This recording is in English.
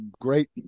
great